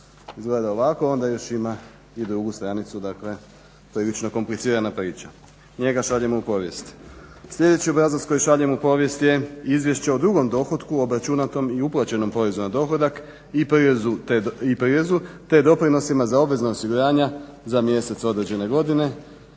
izgleda ovako, onda još ima i drugu stranicu, dakle prilično komplicirana priča. Njega šaljemo u povijest. Sljedeći obrazac kojeg šaljemo u povijest je izvješće o drugom dohotku obračunatom i uplaćenom porezom na dohodak i prirezu te doprinosima za obvezna osiguranja za mjesec određene godine,